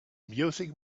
music